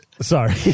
Sorry